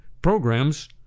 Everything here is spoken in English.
programs